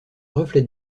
reflète